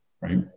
right